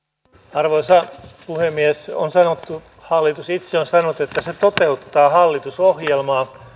arvoisa puhemies hallitus itse on sanonut että se toteuttaa hallitusohjelmaa